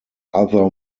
other